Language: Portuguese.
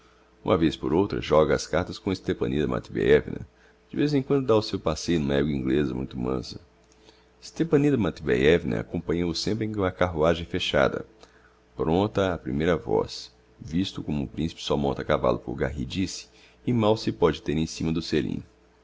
uma vez por outra joga ás cartas com stepanida matveiévna de vez em quando dá o seu passeio n'uma egua inglêsa muito mansa stepanida matveiévna acompanha-o sempre em carruagem fechada prompta á primeira voz visto como o principe só monta a cavallo por garridice e mal se pode ter em cima do selim